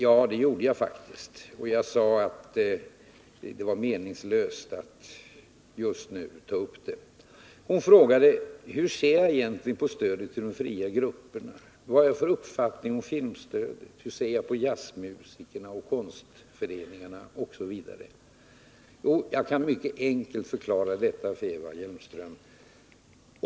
Ja, det gjorde jag faktiskt. Jag sade att det var meningslöst att ta upp dem till debatt just nu. Hon frågade hur jag egentligen såg på stödet till de fria grupperna, hon ville höra min uppfattning om filmstödet, hur jag såg på jazzmusikernas och konstföreningarnas ställning osv. Jag kan mycket enkelt besvara dessa frågor.